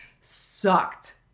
sucked